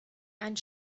einen